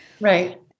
Right